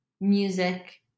music